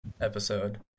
episode